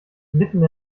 mitten